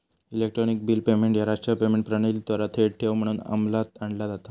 electronic bill payment ह्या राष्ट्रीय payment प्रणालीद्वारा थेट ठेव म्हणून अंमलात आणला जाता